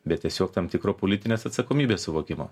bet tiesiog tam tikro politinės atsakomybės suvokimo